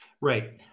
Right